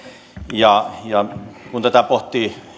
ja ja kun tätä pohtii